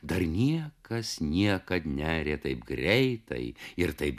dar niekas niekad nearė taip greitai ir taip